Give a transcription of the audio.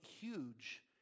huge